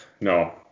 no